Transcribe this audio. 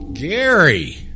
Gary